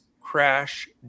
Crash